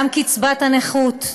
גם קצבת הנכות,